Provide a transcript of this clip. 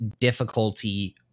difficulty